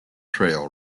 trail